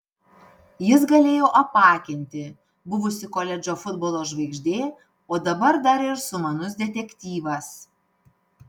jis galėjo apakinti buvusi koledžo futbolo žvaigždė o dabar dar ir sumanus detektyvas